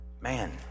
Man